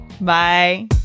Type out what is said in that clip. Bye